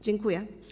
Dziękuję.